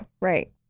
right